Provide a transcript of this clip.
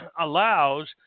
allows